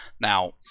Now